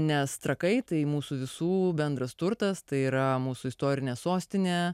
nes trakai tai mūsų visų bendras turtas tai yra mūsų istorinė sostinė